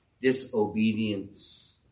disobedience